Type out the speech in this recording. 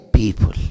people